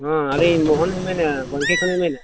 ᱦᱮᱸ ᱟᱹᱞᱤᱧ ᱢᱳᱦᱚᱱ ᱞᱤᱧ ᱢᱮᱱᱮᱜᱼᱟ ᱠᱷᱚᱱᱤᱧ ᱢᱮᱱᱮᱜᱼᱟ